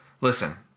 Listen